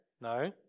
no